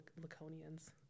Laconians